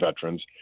veterans